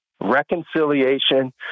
Reconciliation